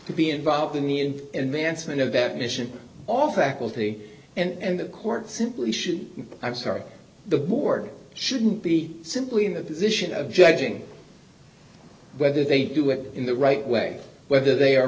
to be involved in mansmann of that mission all faculty and of course simply should i'm sorry the board shouldn't be simply in the position of judging whether they do it in the right way whether they are